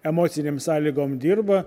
emocinėm sąlygom dirba